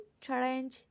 challenge